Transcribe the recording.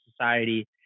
society